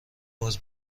باز